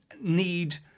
need